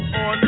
on